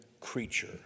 creature